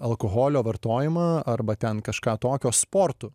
alkoholio vartojimą arba ten kažką tokio sportu